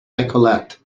decollete